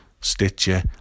Stitcher